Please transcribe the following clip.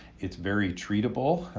it's very treatable,